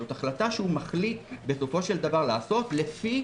זה החלטה שהוא מחליט בסופו של דבר לעשות לפי